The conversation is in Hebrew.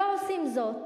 לא עושים זאת.